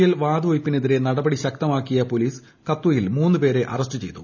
L വാതുവയ്പ്പിനെതിരെ നടപടി ശക്തമാക്കിയ പോലീസ് കത്വയിൽ മൂന്നുപേരെ അറസ്റ്റ് ചെയ്തു